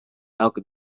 elke